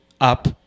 up